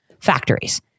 factories